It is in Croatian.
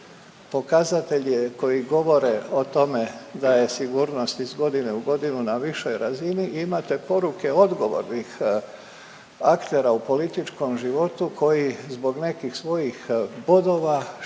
pokazatelje koji govore o tome da je sigurnost iz godine u godinu na višoj razini i imate poruke odgovornih aktera u političkom životu koji zbog nekih svojih bodova šalju